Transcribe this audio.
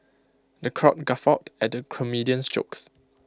the crowd guffawed at the comedian's jokes